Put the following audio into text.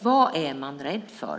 Vad är man rädd för?